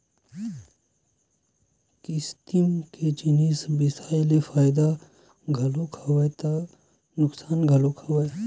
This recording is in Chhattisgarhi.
किस्ती म जिनिस बिसाय के फायदा घलोक हवय ता नुकसान तको हवय